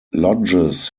lodges